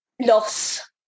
loss